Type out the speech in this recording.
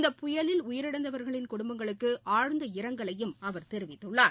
இந்த பயலில் உயிரிழந்தவர்களின் குடும்பங்களுக்குஆழ்ந்த இரங்கவையும் அவர் தெரிவித்துள்ளார்